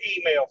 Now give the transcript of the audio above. email